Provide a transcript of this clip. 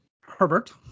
Herbert